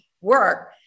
work